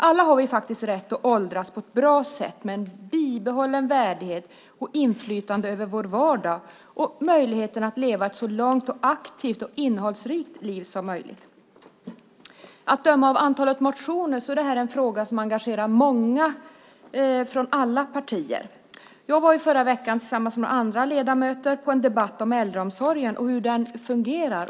Alla har vi faktiskt rätt att åldras på ett bra sätt, med bibehållen värdighet och med inflytande över vår vardag samt med möjlighet att leva ett så långt aktivt och innehållsrikt liv som möjligt. Att döma av antalet motioner är äldreomsorgen en fråga som engagerar många från alla partier. Förra veckan var jag tillsammans med andra ledamöter på en debatt om äldreomsorgen och om hur denna fungerar.